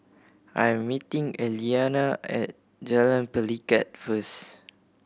I am meeting Eliana at Jalan Pelikat first